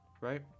right